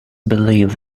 believe